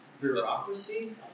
bureaucracy